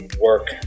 work